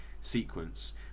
sequence